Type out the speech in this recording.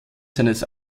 seines